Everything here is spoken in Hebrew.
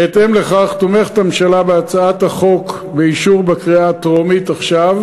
בהתאם לכך תומכת הממשלה בהצעת החוק בקריאה הטרומית עכשיו,